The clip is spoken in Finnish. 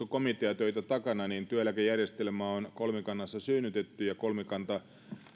komiteatöitä takana niin työeläkejärjestelmä on kolmikannassa synnytetty ja kolmikanta